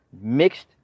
mixed